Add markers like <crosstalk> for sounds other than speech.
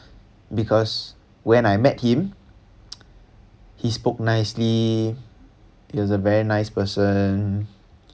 because when I met him <noise> he spoke nicely he's very nice person